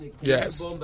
Yes